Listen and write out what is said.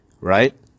Right